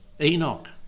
Enoch